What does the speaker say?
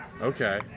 Okay